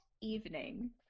evening